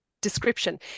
description